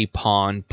pawn